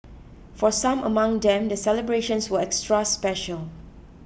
for some among them the celebrations were extra special